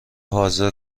حاضر